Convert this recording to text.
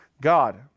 God